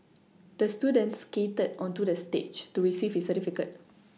the student skated onto the stage to receive his certificate